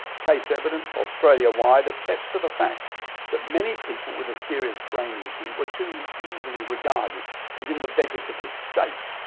case evidence australia-wide attest to the fact that many people with a serious brain injury were too easily regarded as in the vegetative state,